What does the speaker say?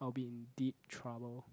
I'll be in deep trouble